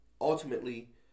ultimately